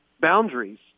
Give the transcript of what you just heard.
boundaries